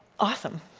awesome